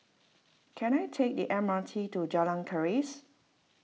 can I take the M R T to Jalan Keris